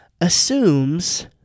assumes